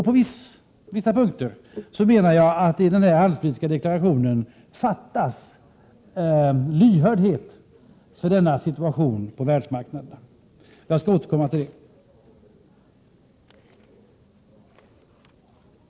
På vissa punkter menar jag att det i handelsdeklarationen fattas lyhördhet för denna situation på världsmarknaden. Jag skall återkomma till det.